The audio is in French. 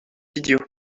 idiot